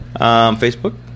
Facebook